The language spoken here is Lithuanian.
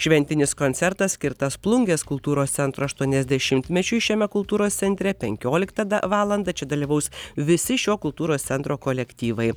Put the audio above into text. šventinis koncertas skirtas plungės kultūros centro aštuoniasdešimtmečiui šiame kultūros centre penkioliktą valandą čia dalyvaus visi šio kultūros centro kolektyvai